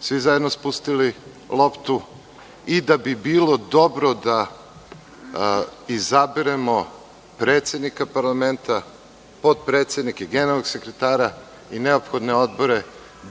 svi zajedno spustili loptu i da bi bilo dobro da izaberemo predsednika parlamenta, potpredsednika i generalnog sekretara i neophodne odbore